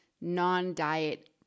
non-diet